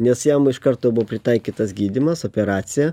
nes jam iš karto buvo pritaikytas gydymas operacija